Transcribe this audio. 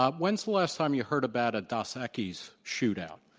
um when's the last time you heard about a dos equis shoot out?